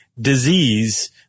disease